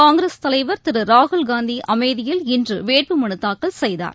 காங்கிரஸ் தலைவர் திருராகுல்காந்திஅமேதியில் இன்றுவேட்புமனுதாக்கல் செய்தார்